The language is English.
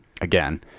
again